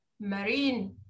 marine